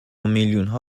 میلیونها